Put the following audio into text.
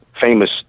famous